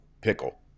pickle